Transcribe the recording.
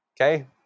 Okay